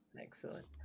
Excellent